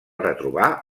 retrobar